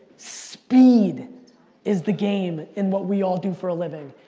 speed is the game in what we all do for a living.